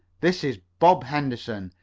this is bob henderson.